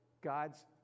God's